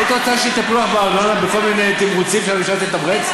היית רוצה שיטפלו לך בארנונה בכל מיני תירוצים שהממשלה תתמרץ?